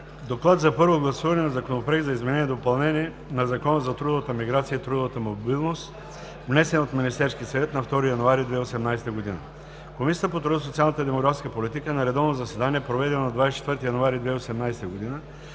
„ДОКЛАД за първо гласуване относно Законопроект за изменение и допълнение на Закона за трудовата миграция и трудовата мобилност, № 802-01-1, внесен от Министерския съвет на 2 януари 2018 г. Комисията по труда, социалната и демографската политика на редовно заседание, проведено на 24 януари 2018 г.,